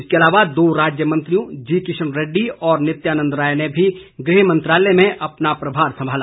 इसके अलावा दो राज्य मंत्रियों जी किशन रेड्डी और नित्यानंद राय ने भी गृह मंत्रालय में प्रभार संभाला